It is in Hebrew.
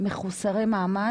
מחוסרי מעמד?